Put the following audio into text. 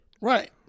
Right